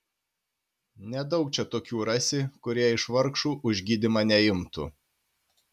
nedaug čia tokių rasi kurie iš vargšų už gydymą neimtų